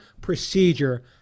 procedure